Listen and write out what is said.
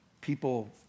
People